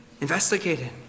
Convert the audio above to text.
investigated